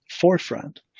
forefront